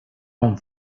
bon